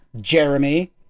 Jeremy